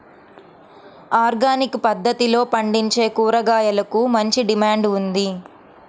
organic పద్దతిలో పండించే కూరగాయలకు మంచి డిమాండ్ ఉంది